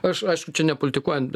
aš aišku čia nepolitikuojan be